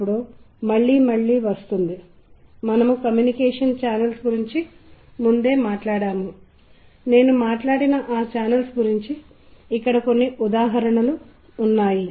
ఇప్పుడు వారు ఒకే స్వరజతులు వాయిస్తున్నారు మరియు ఇది స రే గ మ ప ధా ని స వంటి స్వరాలు గురించి కూడా మనకు చెబుతుంది మరియు మనం స్థాయి గురించి మాట్లాడేది ఇక్కడే అని మీరు కనుగొన్నారు